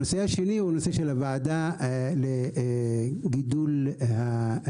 הנושא השני הוא הנושא של הוועדה לגידול המשכנתאות